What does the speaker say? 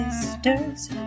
sisters